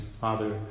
Father